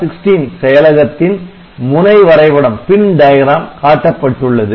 ATMEGA16 செயலகத்தின் முனை வரை படம் காட்டப்பட்டுள்ளது